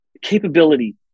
capability